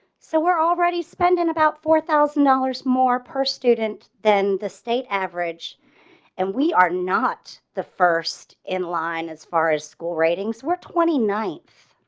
so we're already spending about four thousand dollars more per student than the state average and we are not the first in line as far as school ratings were twenty ninth,